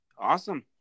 Awesome